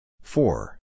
Four